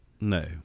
No